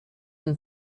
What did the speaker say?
and